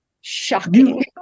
shocking